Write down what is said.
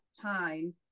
time